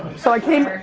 so i came,